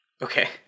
Okay